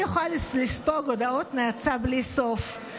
אני יכולה לספוג הודעות נאצה בלי סוף,